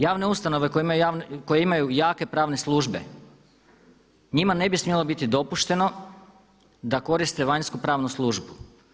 Javne ustanove koje imaju jake pravne službe njima ne bi smjelo biti dopušteno da koriste vanjsku pravnu službu.